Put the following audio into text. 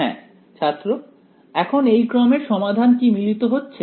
হ্যাঁ ছাত্র এখন এই ক্রমের সমাধান কি মিলিত হচ্ছে